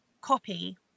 copy